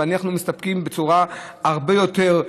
ואנחנו מסתפקים בצורה הרבה יותר,